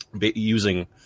using